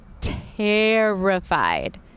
terrified